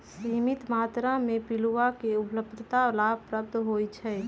सीमित मत्रा में पिलुआ के उपलब्धता लाभप्रद होइ छइ